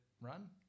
run